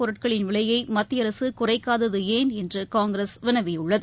பொருட்களின் விலையை மத்திய அரசு குறைக்காதது ஏன் என்று காங்கிரஸ் வினவியுள்ளது